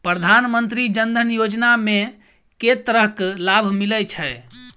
प्रधानमंत्री जनधन योजना मे केँ तरहक लाभ मिलय छै?